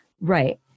Right